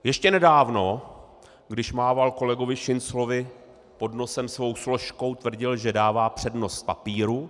Ještě nedávno, když mával kolegovi Šinclovi pod nosem svou složkou, tvrdil, že dává přednost papíru.